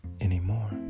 anymore